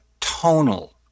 tonal